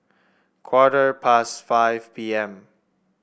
quarter past five P M